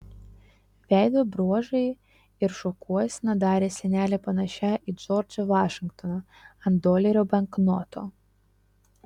veido bruožai ir šukuosena darė senelę panašią į džordžą vašingtoną ant dolerio banknoto